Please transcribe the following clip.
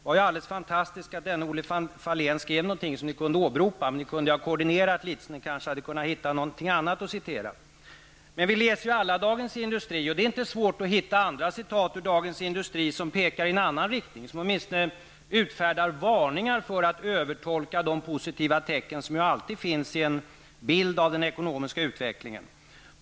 Det var alldeles fantastiskt att denne Olle Fahlén skrev någonting som ni kunde åberopa, men ni kunde ha koordinerat er med varandra och kanske hittat någonting annat att citera. Men vi läser ju alla Dagens Industri, och det är inte svårt att hitta andra citat i den tidningen som pekar i en annan riktning, som t.ex. utfärdar varningar för att övertolka de positiva tecken som alltid finns i en bild av den ekonomiska utvecklingen.